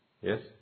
Yes